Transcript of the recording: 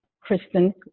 Kristen